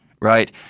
right